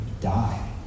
die